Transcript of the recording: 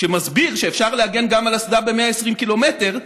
שמסביר שאפשר להגן גם על אסדה ב-120 קילומטר,